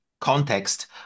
context